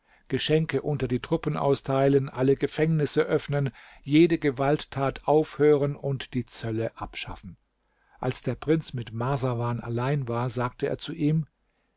geschenke unter die truppen austeilen alle gefängnisse öffnen jede gewalttat aufhören und die zölle abschaffen als der prinz mit marsawan allein war sagte er zu ihm